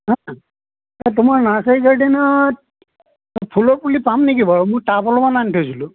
হেঁ এ তোমাৰ নাৰ্চাৰী গাৰ্ডেনত ফুলৰ পুলি পাম নেকি বাৰু মোৰ টাব অলপমান আনি থৈছিলোঁ